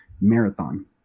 marathon